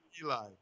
Eli